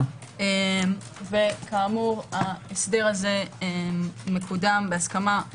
וכאמור ההסדר הזה מקודם בהסכמה,